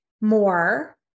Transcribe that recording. more